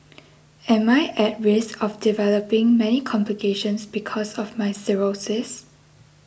am I at risk of developing many complications because of my cirrhosis